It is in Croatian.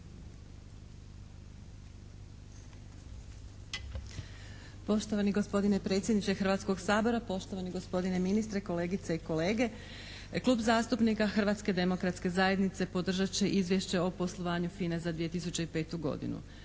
Poštovani gospodine predsjedniče Hrvatskog sabora, poštovani gospodine ministre, kolegice i kolege. Klub zastupnika Hrvatske demokratske zajednice podržat će Izvješće o poslovanju FINA-e za 2005. godinu.